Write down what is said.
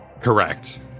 Correct